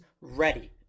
ready